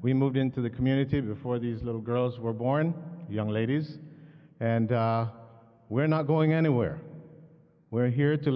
we moved into the community before these little girls were born young ladies and we're not going anywhere where here to